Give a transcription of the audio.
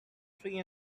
three